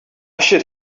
should